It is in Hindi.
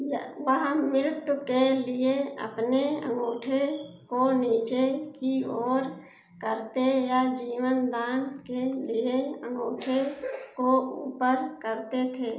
वह वह मिरतू के लिए अपने अंगूठे को नीचे की ओर करते या जीवनदान के लिए अंगूठे को ऊपर करते थे